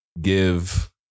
give